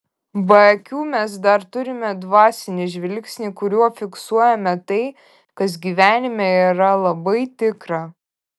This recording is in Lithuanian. be akių mes dar turime dvasinį žvilgsnį kuriuo fiksuojame tai kas gyvenime yra labai tikra